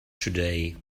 today